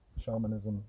shamanism